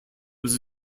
was